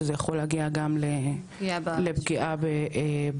שזה יכול להגיע גם לפגיעה בשמיעה.